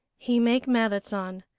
he make merrit san,